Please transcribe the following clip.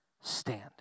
stand